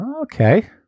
Okay